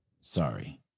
Sorry